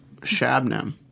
Shabnam